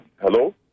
hello